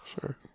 Sure